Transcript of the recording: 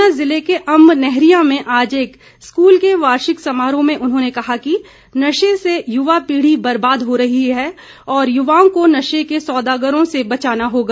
ऊना जिले के अंब नैहरियां में आज एक स्कूल के वार्षिक समारोह में उन्होंने कहा कि नशे से युवा पीढ़ी बर्बाद हो रही है और युवाओं को नशे के सौदागरों से बचाना होगा